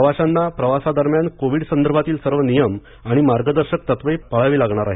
प्रवाशांना प्रवासादरम्यान कोविड संदर्भातील सर्व नियम आणि मार्गदर्शक तत्त्वे पाळावी लागणार आहेत